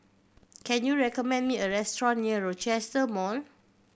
can you recommend me a restaurant near Rochester Mall